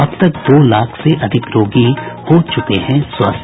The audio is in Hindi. अब तक दो लाख से अधिक रोगी हो चुके हैं स्वस्थ